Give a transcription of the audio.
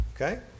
okay